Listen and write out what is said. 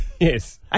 Yes